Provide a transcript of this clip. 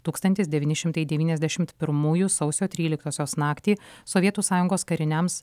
tūkstantis devyni šimtai devyniasdešimt pirmųjų sausio tryliktosios naktį sovietų sąjungos kariniams